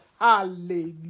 Hallelujah